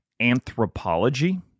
anthropology